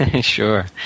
Sure